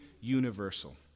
universal